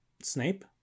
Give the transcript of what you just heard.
Snape